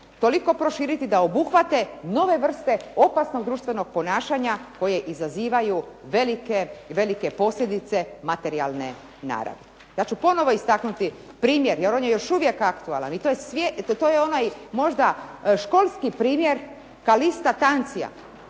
toliko proširiti da obuhvate nove vrste opasnog društvenog ponašanja koje izazivaju velike posljedice materijalne naravi. Ja ću istaknuti primjer jer on je još vrlo aktualan, to je onaj školski primjer Calista Tanzija